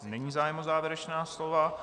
Není zájem o závěrečná slova.